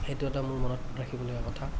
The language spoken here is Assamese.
সেইটো এটা মোৰ মনত ৰাখিবলগীয়া কথা